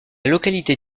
localité